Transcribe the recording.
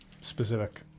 specific